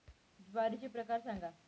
ज्वारीचे प्रकार सांगा